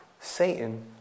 Satan